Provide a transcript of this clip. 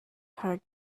her